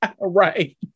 Right